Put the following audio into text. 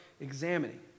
examining